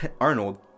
Arnold